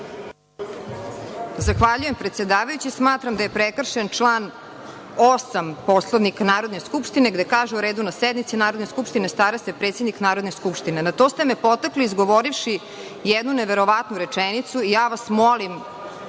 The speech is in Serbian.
Zahvaljujem, predsedavajući. Smatram da je prekršen član 8. Poslovnika Narodne skupštine gde se kaže – o redu na sednici Narodne skupštine stara se predsednik Narodne skupštine. Na to ste me potakli, izgovorivši jednu neverovatnu rečenicu. Molim